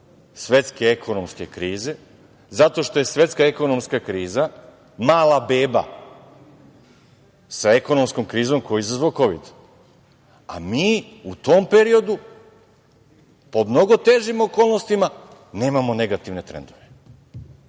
svetske ekonomske krize, zato što je svetska ekonomska kriza mala beba sa ekonomskom krizom koju je izazvao kovid, a mi u tom periodu, pod mnogo težim okolnostima, nemamo negativne trendove,